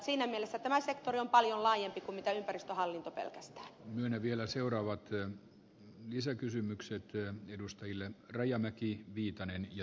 siinä mielessä tämä sektori on paljon laajempi kuin ympäristöhallinto pelkästään menee vielä seuraavat tee lisäkysymyksiä työn edustajille rajamäki viitanen ja